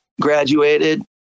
graduated